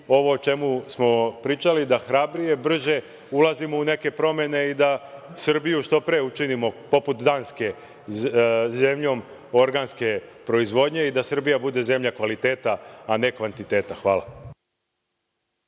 ovo o čemu smo pričali da hrabrije, brže ulazimo u neke promene i da Srbiju što pre učinimo poput Danske, zemljom organske proizvodnje i da Srbija bude zemlja kvaliteta, a ne kvantiteta. Hvala.